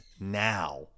now